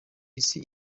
isi